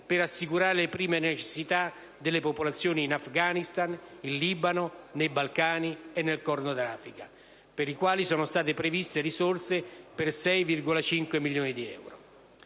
per assicurare le prime necessità alle popolazioni in Afghanistan, in Libano, nei Balcani e nel Corno d'Africa, per i quali sono state previste risorse per 6,5 milioni di euro.